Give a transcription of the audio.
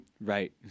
Right